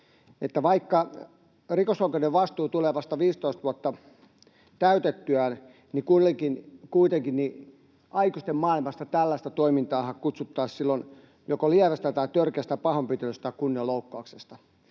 vaikka rikosoikeudellinen vastuu tulee vasta 15 vuotta täytettyä, niin kuitenkin aikuisten maailmassahan tällaista toimintaa kutsuttaisiin silloin joko lieväksi tai törkeäksi pahoinpitelyksi tai kunnianloukkaukseksi.